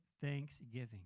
thanksgiving